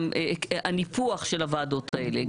הניפוח של הוועדות האלה,